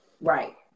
right